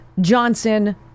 Johnson